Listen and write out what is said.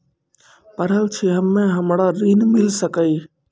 पढल छी हम्मे हमरा ऋण मिल सकई?